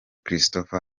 christopher